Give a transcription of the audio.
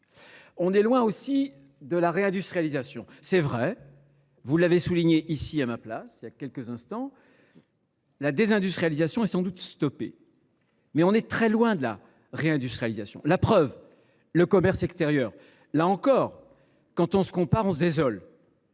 On est loin aussi de la réindustrialisation. Certes – vous l’avez souligné à cette tribune voilà quelques instants –, la désindustrialisation est sans doute stoppée. Mais on est très loin de la réindustrialisation. J’en veux pour preuve le commerce extérieur. Là encore, quand on se compare, on se désole.